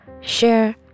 share